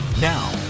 Now